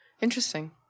Interesting